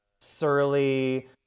surly